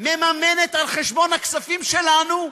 מממנת על חשבון הכספים שלנו,